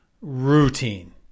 routine